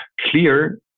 clear